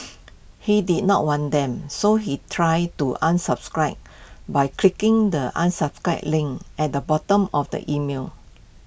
he did not want them so he tried to unsubscribe by clicking the unsubscribe link at the bottom of the email